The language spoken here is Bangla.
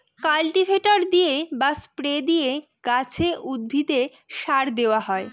কাল্টিভেটর দিয়ে বা স্প্রে দিয়ে গাছে, উদ্ভিদে সার দেওয়া হয়